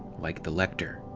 like the lector.